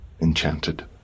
Enchanted